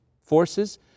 forces